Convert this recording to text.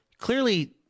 clearly